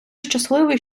щасливий